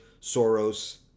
Soros